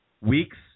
Weeks